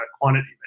quantity